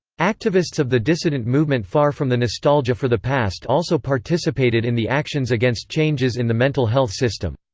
activists of the dissident movement far from the nostalgia for the past also participated in the actions against changes in the mental health system.